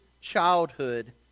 childhood